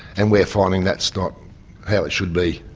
and we're finding that's not how it should be.